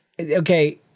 Okay